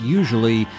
usually